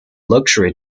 luxury